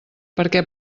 perquè